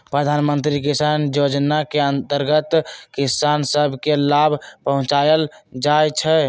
प्रधानमंत्री किसान जोजना के अंतर्गत किसान सभ के लाभ पहुंचाएल जाइ छइ